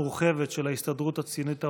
המורחבת של ההסתדרות הציונית העולמית,